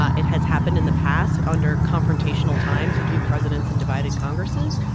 it has happened in the past under confrontational times between presidents and divided congresses.